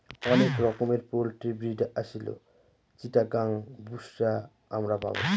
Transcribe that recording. অনেক রকমের poultry breed Aseel, Chittagong, Busra আমরা পাবো